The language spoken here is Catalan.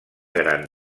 gran